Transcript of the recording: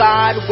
God